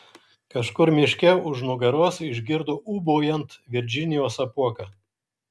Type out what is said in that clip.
kažkur miške už nugaros išgirdo ūbaujant virdžinijos apuoką